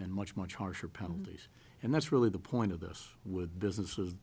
and much much harsher penalties and that's really the point of this with businesses